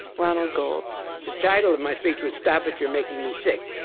ronald gold the title of my speech was stop it you're making me sick.